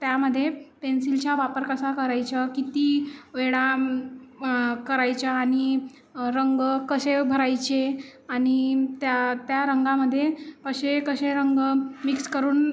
त्यामध्ये पेन्सिलचा वापर कसा करायचा किती वेळा करायचा आणि रंग कसे भरायचे आणि त्या त्या रंगांमध्ये असे कसे रंग मिक्स करून